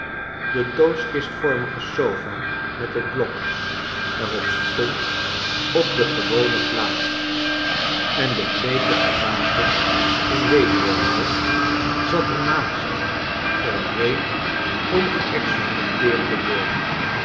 de doodkistvormige sofa met het blok er op stond op de gewone plaats en de bleeke gedaante in weduwenrouw zat er naast gereed om geexecuteerd te worden